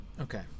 okay